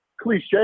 cliche